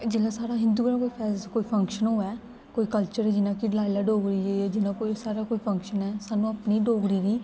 जिल्लै साढ़ा हिन्दुएं दा कोई फैस कोई फंक्शन होऐ कोई कल्चर जियां कि लाई लैओ डोगरी जियां कोई साढ़ा कोई फंक्शन ऐ सानूं अपनी डोगरी दी